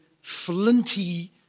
flinty